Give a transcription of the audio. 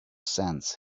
sense